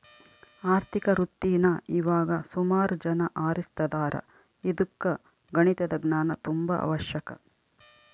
ಆರ್ಥಿಕ ವೃತ್ತೀನಾ ಇವಾಗ ಸುಮಾರು ಜನ ಆರಿಸ್ತದಾರ ಇದುಕ್ಕ ಗಣಿತದ ಜ್ಞಾನ ತುಂಬಾ ಅವಶ್ಯಕ